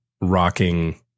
rocking